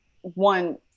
one